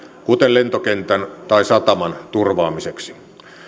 kuten lentokentän tai sataman turvaamiseksi